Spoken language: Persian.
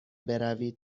بروید